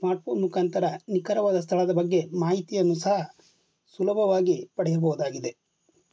smartphone ಮುಖಾಂತರ ನಿಖರವಾದ ಸ್ಥಳದ ಬಗ್ಗೆ ಮಾಹಿತಿಯನ್ನು ಸಹ ಸುಲಭವಾಗಿ ಪಡೆಯಬಹುದಾಗಿದೆ